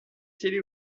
télé